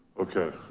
okay.